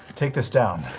take this down.